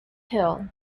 hill